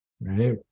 right